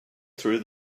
through